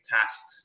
tasks